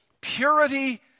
purity